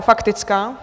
Faktická?